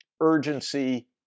urgency